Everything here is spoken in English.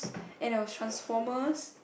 and there were Transformers